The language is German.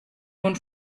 nun